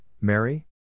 Mary